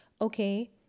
okay